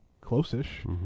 close-ish